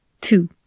Two